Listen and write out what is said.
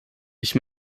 ich